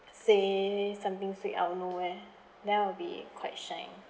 say something sweet out of nowhere then I will be quite shy